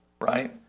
Right